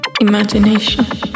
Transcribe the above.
Imagination